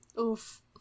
oof